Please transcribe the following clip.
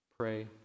pray